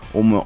om